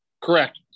Correct